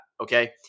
okay